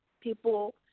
people